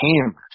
hammered